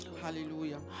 Hallelujah